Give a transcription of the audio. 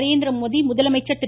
நரேந்திரமோடி முதலமைச்சர் திரு